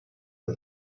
did